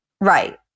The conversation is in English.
Right